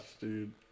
dude